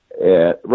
right